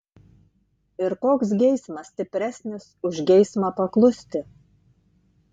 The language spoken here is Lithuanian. ir koks geismas stipresnis už geismą paklusti